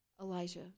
Elijah